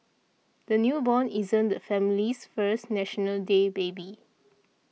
the newborn isn't the family's first National Day baby